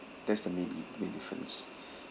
that's the main main difference